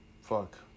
fuck